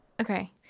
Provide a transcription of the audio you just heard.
Okay